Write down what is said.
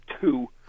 two